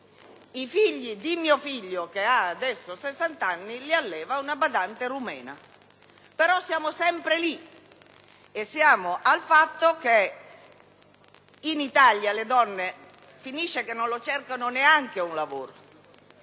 i figli di mio figlio, che ha adesso 60 anni, li alleva una badante rumena. Però siamo sempre lì, va a finire che in Italia le donne un lavoro non lo cercano neanche. Se al Nord